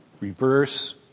reverse